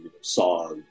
saw